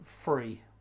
free